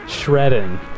Shredding